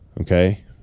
Okay